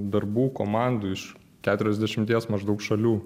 darbų komandų iš keturiasdešimties maždaug šalių